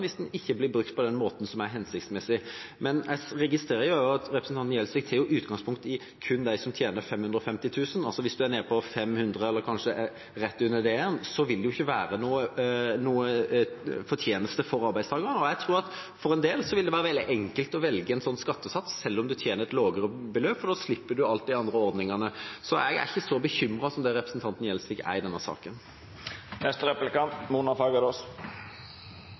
hvis den ikke blir brukt på den måten som er hensiktsmessig. Jeg registrerer at representanten Gjelsvik tar utgangspunkt kun i dem som tjener 550 000 kr. Hvis man er nede på 500 000 kr eller kanskje rett under det, vil det ikke være noen fortjeneste for arbeidstakeren. Jeg tror at for en del vil det være veldig enkelt å velge en sånn skattesats selv om de tjener et lavere beløp, for da slipper de alle de andre ordningene. Så jeg er ikke så bekymret som representanten Gjelsvik er i denne saken.